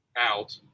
out